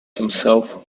himself